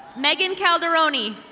megan calderoni.